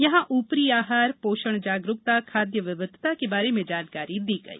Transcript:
यहां ऊपरी आहार पोषण जागरुकता खाद्य विविधता के बारे में जानकारी दी गई